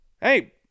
hey